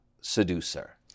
seducer